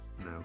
no